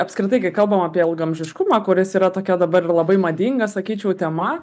apskritai kai kalbame apie ilgaamžiškumą kuris yra tokia dabar labai madinga sakyčiau tema